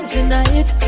Tonight